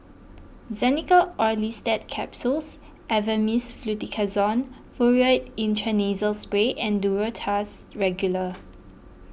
Xenical Orlistat Capsules Avamys Fluticasone Furoate Intranasal Spray and Duro Tuss Regular